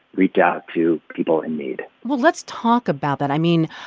reach out to people in need well, let's talk about that. i mean,